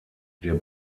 der